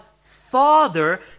Father